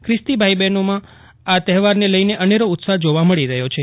પ્રિસ્તી ભાઇઓ બહેનોમાં આ તહેવારને લઇને અનેરો ઉત્સાહ જેવા મળી રહ્યો છે